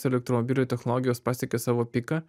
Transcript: elektromobilių technologijos pasiekė savo piką